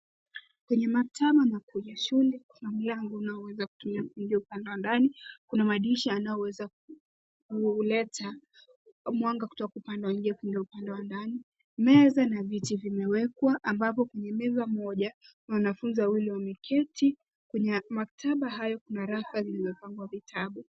Kwenye maktaba na kwenye shule kuna mlango unaoweza kutumia kuingia upande wa ndani. Kuna madirisha yanayoweza kuleta mwanga kutoka upande wa nje kuingia upande wa ndani. Meza na viti vimewekwa , ambapo kwenye meza moja, wanafunzi wawili wameketi . Kwenye maktaba hayo kuna rafa zimepangwa vitabu